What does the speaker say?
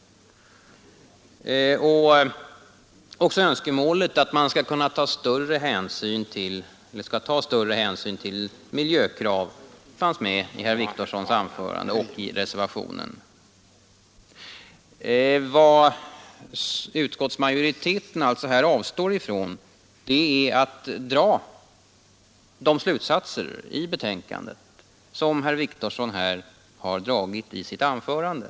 Också önskemålet att man skall ta större hänsyn till miljökrav fanns med i herr Wictorssons anförande, och det finns även i reservationen. Vad utskottsmajoriteten avstår ifrån är att dra de slutsatser i Nr 74 betänkandet som herr Wictorsson har dragit i sitt anförande.